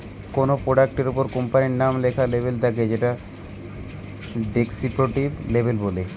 কোনো প্রোডাক্ট এর উপর কোম্পানির নাম লেখা লেবেল থাকে তাকে ডেস্ক্রিপটিভ লেবেল বলে